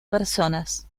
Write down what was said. personas